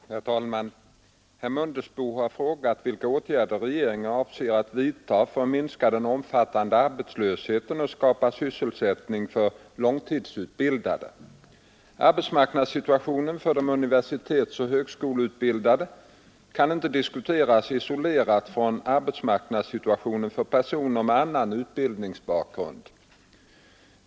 Herr talman! Herr Mundebo har frågat vilka åtgärder regeringen avser vidta för att minska den omfattande arbetslösheten och skapa sysselsättning för de långtidsutbildade. Arbetsmarknadssituationen för de universitetsoch högskoleutbildade kan inte diskuteras isolerad från arbetsmarknadssituationen för personer med annan utbildningsbakgrund.